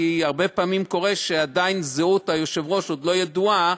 כי הרבה פעמים קורה שעדיין זהות היושב-ראש לא ידועה,